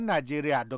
Nigeria